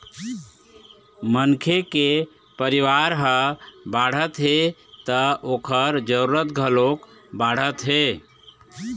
मनखे के परिवार ह बाढ़त हे त ओखर जरूरत घलोक बाढ़त हे